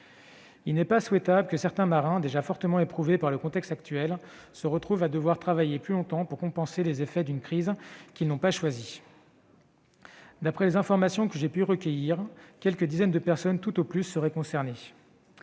Il n'est pas souhaitable que certains marins, déjà fortement éprouvés par le contexte actuel, se retrouvent à devoir travailler plus longtemps pour compenser les effets de la crise, situation qu'ils n'ont pas choisie. D'après les informations que j'ai pu recueillir, quelques dizaines de personnes tout au plus seraient concernées.